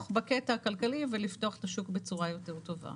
בקטע הכלכלי ולפתוח את השוק בצורה יותר טובה.